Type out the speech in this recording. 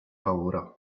paura